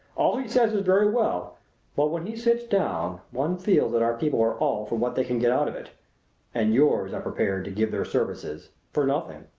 all he says is very well but when he sits down one feels that our people are all for what they can get out of it and yours are prepared to give their services for nothing.